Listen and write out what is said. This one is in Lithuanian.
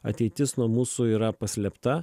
ateitis nuo mūsų yra paslėpta